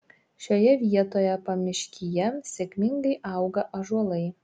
šioje vietoje pamiškyje sėkmingai auga ąžuolai